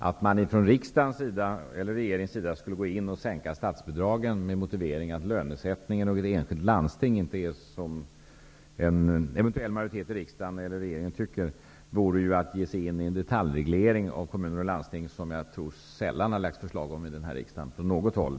Att man från riksdagens eller regeringens sida skulle gå in och sänka statsbidragen med motiveringen att lönesättningen i ett enskilt landsting inte är sådan som en eventuell majoritet i riksdagen eller regeringen tycker vore att ge sig in i en detaljreglering av kommuners och landstings verksamhet, något som jag tror att det sällan har väckts förslag om i riksdagen från något håll.